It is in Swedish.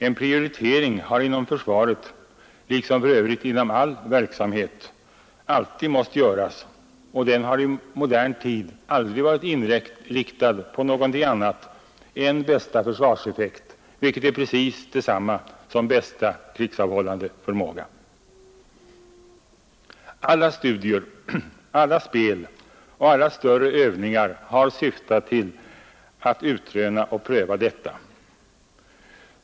En prioritering har inom försvaret, liksom för övrigt inom all verksamhet, Nr 91 alltid måst göras, och den har i modern tid aldrig varit inriktad på annat Måndagen den än bästa försvarseffekt, vilket är precis detsamma som bästa krigsav 29 maj 1972 hållande förmåga. Alla studier, alla spel och alla större övningar har syftat till att utröna och pröva detta.